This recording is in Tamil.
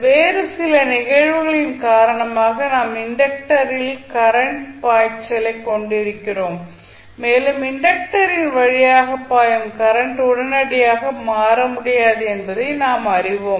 வேறு சில நிகழ்வுகளின் காரணமாக நாம் இண்டக்டரில் கரண்ட் பாய்ச்சலைக் கொண்டிருக்கிறோம் மேலும் இண்டக்டரின் வழியாக பாயும் கரண்ட் உடனடியாக மாற முடியாது என்பதை நாம் அறிவோம்